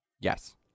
Yes